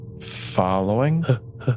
Following